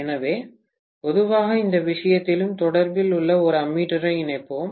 எனவே பொதுவாக இந்த விஷயத்திலும் தொடரில் ஒரு அம்மீட்டரை இணைப்பேன்